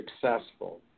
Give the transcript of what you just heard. successful